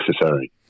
necessary